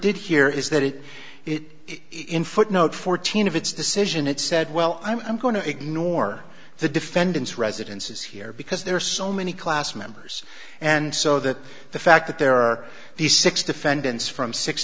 did here is that it it in footnote fourteen of its decision it said well i'm going to ignore the defendant's residences here because there are so many class members and so that the fact that there are these six defendants from six